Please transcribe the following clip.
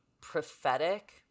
prophetic